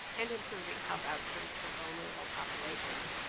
and improving health outcomes for vulnerable populations.